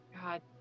God